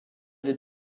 des